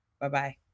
Bye-bye